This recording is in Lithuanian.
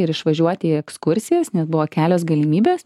ir išvažiuoti į ekskursijas nes buvo kelios galimybės